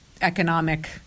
economic